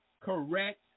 correct